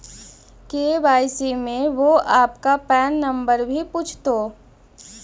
KYC में वो आपका पैन नंबर भी पूछतो